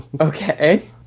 Okay